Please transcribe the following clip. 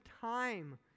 time